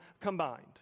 combined